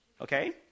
okay